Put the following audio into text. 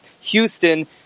Houston